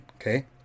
okay